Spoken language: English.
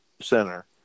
center